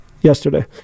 yesterday